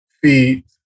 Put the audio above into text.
feet